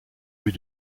vues